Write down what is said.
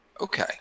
Okay